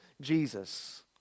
Jesus